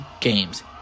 games